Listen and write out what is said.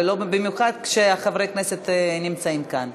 במיוחד כשחברי כנסת נמצאים כאן.